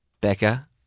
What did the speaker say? Becca